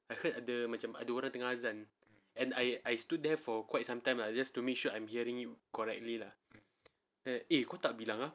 I heard ada macam ada orang tengah azan and I I stood there for quite some time lah just to make sure I'm hearing it correctly lah eh kau tak bilang ah